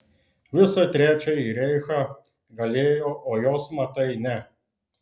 visą trečiąjį reichą galėjo o jos matai ne